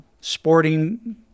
sporting